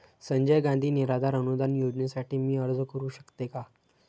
संजय गांधी निराधार अनुदान योजनेसाठी मी अर्ज करू शकते का?